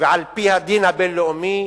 ועל-פי הדין הבין-לאומי,